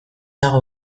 dago